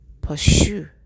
pursue